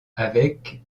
avec